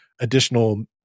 additional